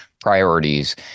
priorities